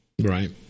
right